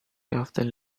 after